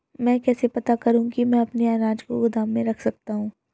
मैं कैसे पता करूँ कि मैं अपने अनाज को गोदाम में रख सकता हूँ?